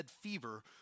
fever